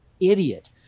idiot